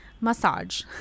Massage